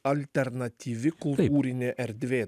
alternatyvi kultūrinė erdvė